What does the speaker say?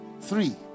three